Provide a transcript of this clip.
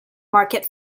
market